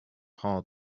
hard